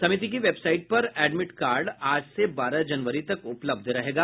समिति की वेबसाईट पर एडमिट कार्ड आज से बारह जनवरी तक उपलब्ध रहेगा